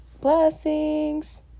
Blessings